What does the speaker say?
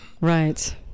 right